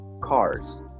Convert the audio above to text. cars